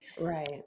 Right